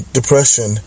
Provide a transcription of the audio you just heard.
depression